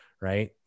right